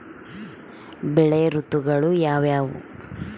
ಬೆಳೆ ಋತುಗಳು ಯಾವ್ಯಾವು?